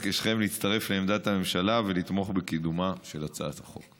אבקשכם להצטרף לעמדת הממשלה ולתמוך בקידומה של הצעת החוק.